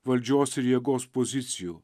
valdžios ir jėgos pozicijų